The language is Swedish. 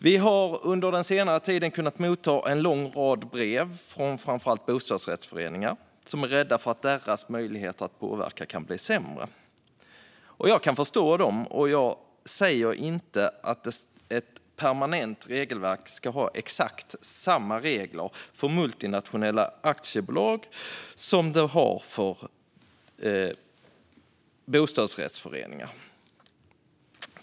Vi har under den senaste tiden mottagit en lång rad brev från framför allt bostadsrättsföreningar som är rädda för att deras möjligheter att påverka kan bli sämre. Jag kan förstå dem, och jag säger inte att ett permanent regelverk ska ha exakt samma regler för multinationella aktiebolag som det har för bostadsrättsföreningar.